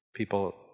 People